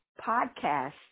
podcast